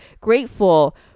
grateful